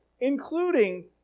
Including